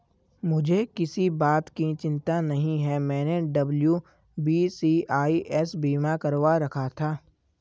मुझे किसी बात की चिंता नहीं है, मैंने डब्ल्यू.बी.सी.आई.एस बीमा करवा रखा था